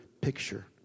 picture